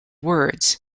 words